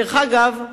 דרך אגב,